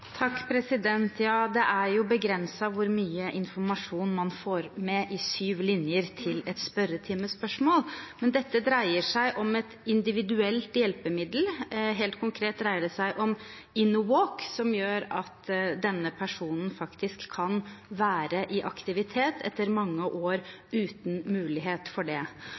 Det er jo begrenset hvor mye informasjon man får med på syv linjer i et spørretimespørsmål. Dette dreier seg om et individuelt hjelpemiddel, helt konkret dreier det seg om Innowalk, som gjør at denne personen faktisk kan være i aktivitet etter mange år uten mulighet for det.